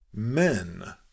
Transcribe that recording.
men